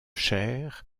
cher